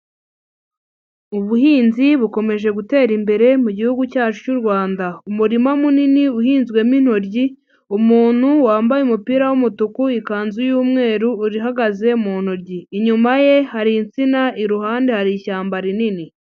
Ubuhinzi bukomeje gutera imbere mu gihugu cyacu cy'u Rwanda. Umurima munini uhinzwemo intoryi. Umuntu wambaye umupira w'umutuku, ikanzu y'umweru uhagaze mu ntogi, inyuma ye hari insina, iruhande hari ishyamba rinini.